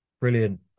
brilliant